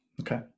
Okay